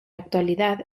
actualidad